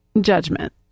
judgment